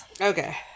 Okay